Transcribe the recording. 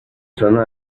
zona